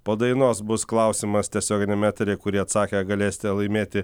po dainos bus klausimas tiesioginiame etery kurį atsakę galėsite laimėti